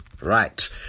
right